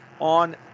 on